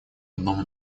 одном